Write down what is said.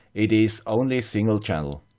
it is only single channel.